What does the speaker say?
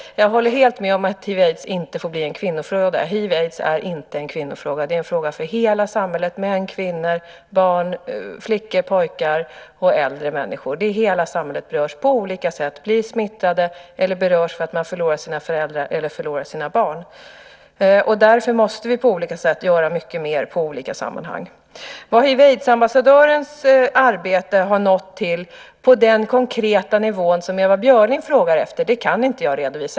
Jag håller helt med om att hiv aids är inte en kvinnofråga. Det är en fråga för hela samhället: män, kvinnor, barn, flickor, pojkar och äldre människor. Hela samhället berörs på olika sätt. Människor blir smittade eller berörs för att de förlorar sina föräldrar eller förlorar sina barn. Därför måste vi på olika sätt göra mycket mer i olika sammanhang. Vad hiv/aids-ambassadörens arbete har uppnått på den konkreta nivå som Ewa Björling frågar efter kan jag inte redovisa.